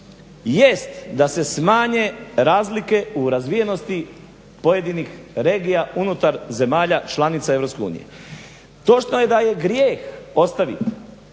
jest da se smanje razlike u razvijenosti pojedinih regija unutar zemalja članica EU. Točno je da je grijeh ostavit